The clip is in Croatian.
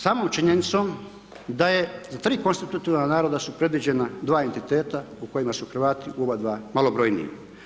Samom činjenicom da je za tri konstitutivna naroda su predviđena dva entiteta u kojima su Hrvati u oba dva malobrojniji.